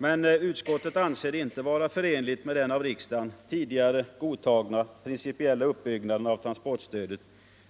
Utskottsmajoriteten anser inte sådant stöd vara förenligt med den av riksdagen tidigare godtagna, principiella uppbyggnaden av transportstödet